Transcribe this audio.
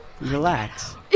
Relax